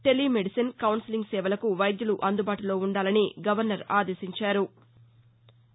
telemedicine counselling సేవలకు వైద్యులు అందుబాటులో ఉండాలని గవర్నర్ ఆదేశించారు